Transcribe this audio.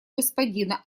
господина